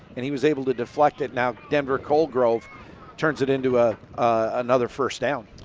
and he was able to deflect it. now, denver colgrove turns it into ah another first down.